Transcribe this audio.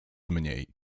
mniej